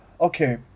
okay